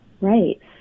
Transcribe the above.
Right